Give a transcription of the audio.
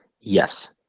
yes